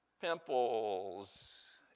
pimples